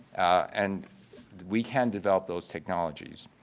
and we can develop those technologies.